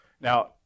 Now